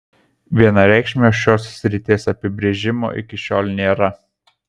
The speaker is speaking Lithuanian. vienareikšmio šios srities apibrėžimo iki šiol nėra